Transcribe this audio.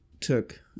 took